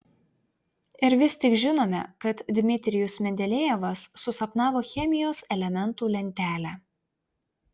ir vis tik žinome kad dmitrijus mendelejevas susapnavo chemijos elementų lentelę